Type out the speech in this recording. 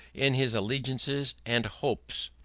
in his allegiances and hopes,